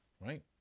right